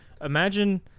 Imagine